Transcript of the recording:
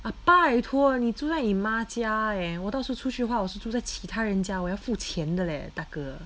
ah 拜托你住在你妈家 eh 我到处出去的话我是住在其他人家为付钱的 leh 大哥